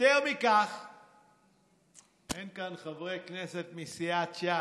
יותר מכך, אין כאן חברי כנסת מסיעת ש"ס,